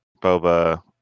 Boba